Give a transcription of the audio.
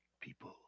people